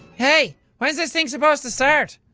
hey, when's this thing supposed to start?